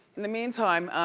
the meantime,